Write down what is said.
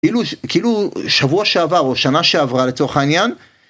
כאילו שבוע שעבר או שנה שעברה לצורך העניין.